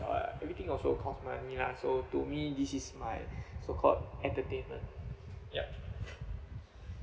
everything also cost money lah so to me this is my so called entertainment yup